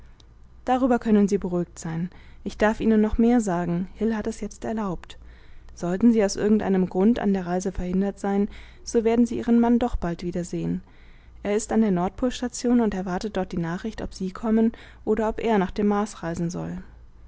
darüber können sie beruhigt sein ich darf ihnen noch mehr sagen hil hat es jetzt erlaubt sollten sie aus irgendeinem grund an der reise verhindert sein so werden sie ihren mann doch bald wiedersehen er ist an der nordpolstation und erwartet dort die nachricht ob sie kommen oder ob er nach dem mars reisen soll